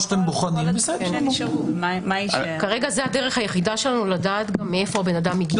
כרגע זו הדרך היחידה שלנו לדעת מאיפה האדם הגיע.